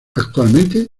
actualmente